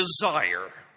desire